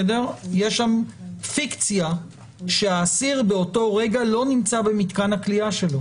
שם פיקציה שהאסיר באותו רגע לא נמצא במתקן הכליאה שלו.